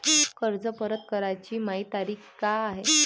कर्ज परत कराची मायी तारीख का हाय?